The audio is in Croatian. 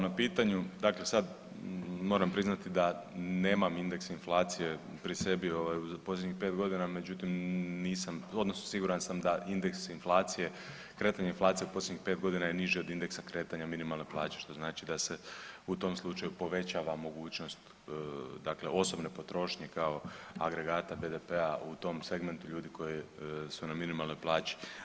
Dakle, sad moram priznati da nemam indeks inflacije pri sebi ovaj u posljednjih 5 godina međutim nisam odnosno siguran sam da indeks inflacije, kretanje inflacije u posljednjih 5 godina je niže od iznosa kretanja minimalne plaće što znači da se u tom slučaju povećava mogućnost dakle osobne potrošnje kao agregata BDP-a u tom segmentu ljudi koji su na minimalnoj plaći.